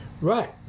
right